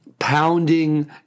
Pounding